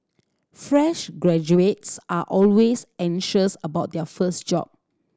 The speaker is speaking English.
fresh graduates are always anxious about their first job